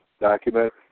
document